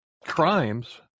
crimes